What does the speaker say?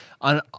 on